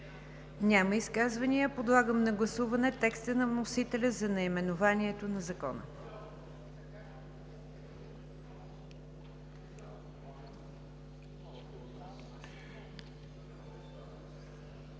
Няма изказвания. Подлагам на гласуване текста на вносителя за наименованието на Закона.